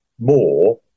more